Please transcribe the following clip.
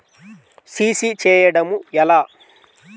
CC చేయడము ఎలా?